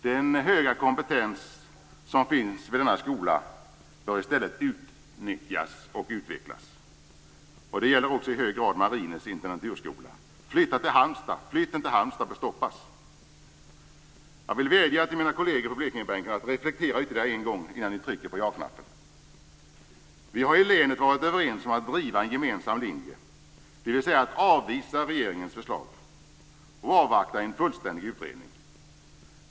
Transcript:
Den höga kompetens som finns vid denna skola bör i stället utnyttjas och utvecklas. Det gäller också i hög grad Marinens intendenturskola. Flytten till Halmstad bör stoppas. Jag vill vädja till mina kolleger på Blekingebänken att reflektera över detta ytterligare en gång innan ni trycker på ja-knappen. Vi har i länet varit överens om att driva en gemensam linje, dvs. att avvisa regeringens förslag och att avvakta en fullständig utredning.